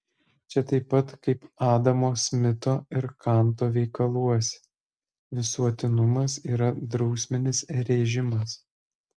čia taip pat kaip adamo smito ir kanto veikaluose visuotinumas yra drausminis režimas